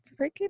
freaking